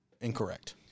incorrect